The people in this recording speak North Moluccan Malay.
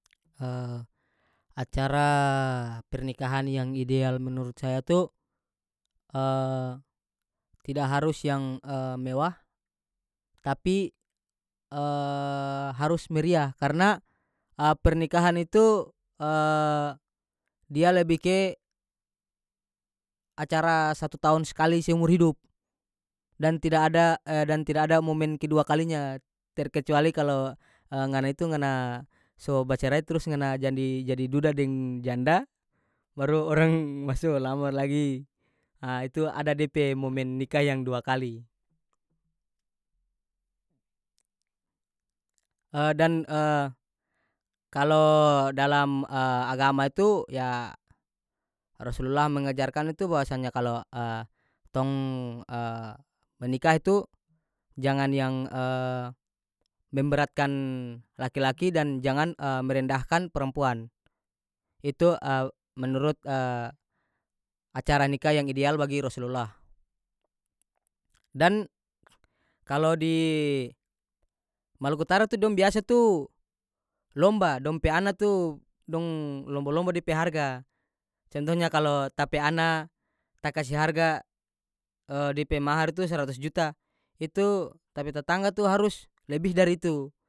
acara pernikahan yang ideal menurut saya tu tida harus yang mewah tapi harus meriah karena pernikahan itu dia lebih ke acara satu tahun sekali seumur hidup dan tida ada dan tida ada momen kedua kalinya terkecuali kalo ngana itu ngana so bacerai trus ngana jandi- jadi duda deng janda baru orang maso lamar lagi itu ada dia pe momen nikah yang dua kali dan kalo dalam agama tu ya rasulullah mengejarkan itu bahwasanya kalo tong menikah itu jangan yang memberatkan laki-laki dan jangan merendahkan perempuan itu menurut acara nikah yang ideal bagi rosulullah dan kalo di maluku utara dong biasa tu lomba dong pe ana tu dong lomba-lomba dia pe harga contohnya kalo ta pe ana ta kase harga dia pe mahar itu seratus juta itu tapi tetangga tu harus lebih dari itu.